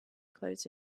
closed